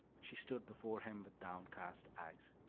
she stood before him with downcast eyes.